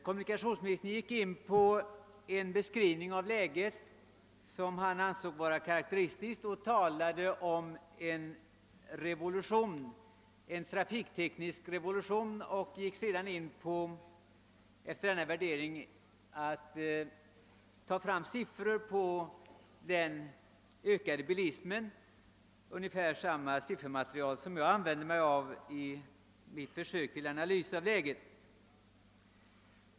Kommunikationsministern gjorde vad han betecknade som en karakteristisk beskrivning av läget och talade om en trafikteknisk revolution. Efter denna värdering övergick han till att nämna en del siffror över den ökade bilismen och utnyttjade därvid ungefär samma siffermaterial som det jag använde i mitt försök till en analys av läget.